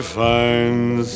finds